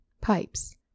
Pipes